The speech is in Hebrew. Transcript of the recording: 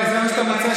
זה מה שאתה מוצא,